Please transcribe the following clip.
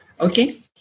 Okay